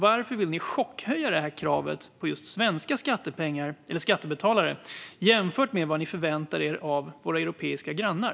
Varför vill ni chockhöja kravet på just svenska skattebetalare i förhållande till vad ni förväntar er av våra europeiska grannar?